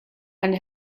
and